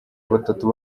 batatu